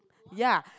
ya